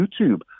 YouTube